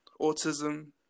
autism